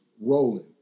rolling